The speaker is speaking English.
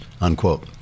unquote